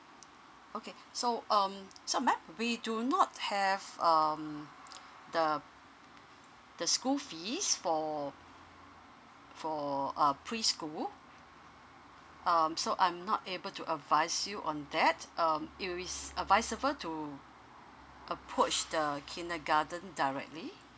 okay so um so ma'am we do not have um the the school fees for for uh preschool um so I'm not able to advise you on that um you re~ advisable to approach the kindergarten directly